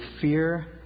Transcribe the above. fear